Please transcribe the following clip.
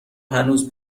هنوز